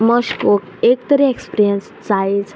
must go एक तरी experience जायच